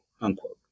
unquote